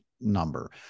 number